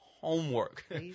homework